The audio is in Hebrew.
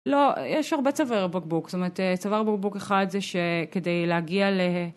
לא, יש הרבה צווארי בקבוק, זאת אומרת צוואר בקבוק אחד זה שכדי להגיע ל...